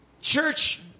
church